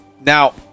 now